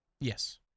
Yes